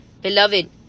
beloved